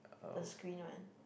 the screen one